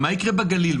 מה יקרה בגליל?